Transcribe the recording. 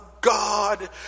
God